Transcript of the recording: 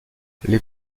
les